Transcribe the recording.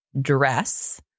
dress